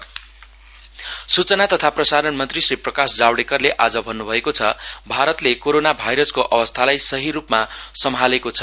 Javadekar COVID सूचना तथा प्रसरण मन्त्री श्री प्रकाश जावडेकरले आज भन्न् भएको छ भारतले कोरोना भाइरसको अवस्थालाई सहि रुपमा सम्हालेको छ